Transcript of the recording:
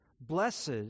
Blessed